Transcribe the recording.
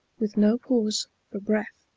with no pause for breath,